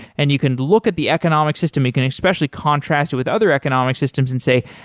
and you can look at the economic system, you can especially contrast with other economic systems and say,